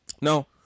No